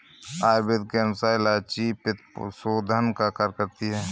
आयुर्वेद के अनुसार इलायची पित्तशोधन का कार्य करती है